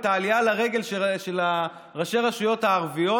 את העלייה לרגל של ראשי הרשויות הערביות?